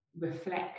reflect